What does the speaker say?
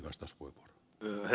herra puhemies